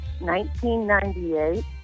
1998